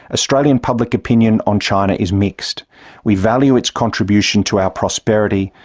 australian public opinion on china is mixed we value its contribution to our prosperity,